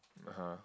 (uh huh)